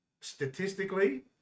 statistically